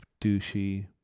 douchey